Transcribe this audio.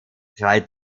drei